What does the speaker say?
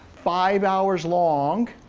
five hours long,